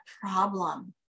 problem